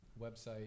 website